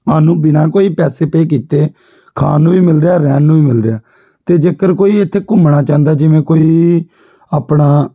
ਸਾਨੂੰ ਬਿਨਾਂ ਕੋਈ ਪੈਸੇ ਪੇਅ ਕੀਤੇ ਖਾਣ ਨੂੰ ਵੀ ਮਿਲ ਰਿਹਾ ਰਹਿਣ ਨੂੰ ਵੀ ਮਿਲ ਰਿਹਾ ਅਤੇ ਜੇਕਰ ਕੋਈ ਇੱਥੇ ਘੁੰਮਣਾ ਚਾਹੁੰਦਾ ਜਿਵੇਂ ਕੋਈ ਆਪਣਾ